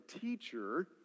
teacher